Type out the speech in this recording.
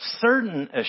Certain